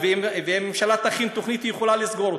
ואם הממשלה תכין תוכנית, היא יכולה לסגור אותם.